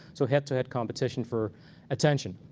so head-to-head competition for attention.